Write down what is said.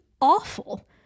awful